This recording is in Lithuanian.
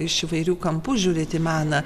iš įvairių kampų žiūrit į meną